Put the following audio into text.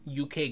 UK